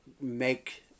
make